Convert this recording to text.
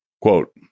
Quote